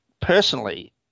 personally